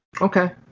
okay